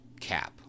cap